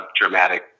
dramatic